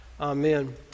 Amen